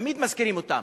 תמיד מזכירים אותן: